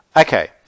Okay